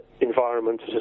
environment